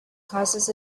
causes